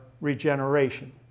regeneration